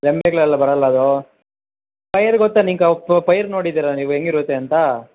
ರೆಂಬೆಗಳೆಲ್ಲ ಬರಲ್ಲ ಅದೂ ಪೈರು ಗೊತ್ತಾ ನಿಂಗೆ ಅವ್ ಪೈರು ನೋಡಿದ್ದೀರ ನೀವು ಹೆಂಗಿರುತ್ತೆ ಅಂತ